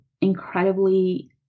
incredibly